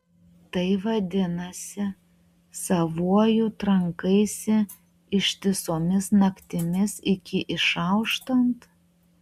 tai vadinasi savuoju trankaisi ištisomis naktimis iki išauštant